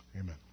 Amen